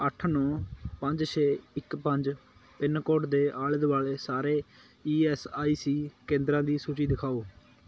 ਅੱਠ ਨੌਂ ਪੰਜ ਛੇ ਇੱਕ ਪੰਜ ਪਿੰਨ ਕੋਡ ਦੇ ਆਲੇ ਦੁਆਲੇ ਸਾਰੇ ਈ ਐਸ ਆਈ ਸੀ ਕੇਂਦਰਾਂ ਦੀ ਸੂਚੀ ਦਿਖਾਓ